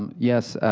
um yes,